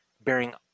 bearing